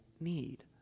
need